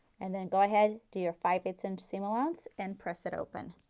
and then go ahead, do your five eight ths inch seam allowance and press it open.